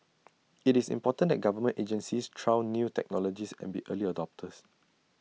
IT is important that government agencies trial new technologies and be early adopters